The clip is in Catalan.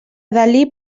dalí